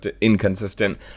inconsistent